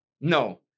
No